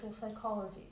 psychology